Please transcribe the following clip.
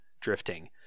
Drifting